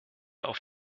auf